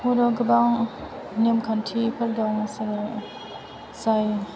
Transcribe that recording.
बर'आव गोबां नेमखान्थिफोर दं जेरै जाय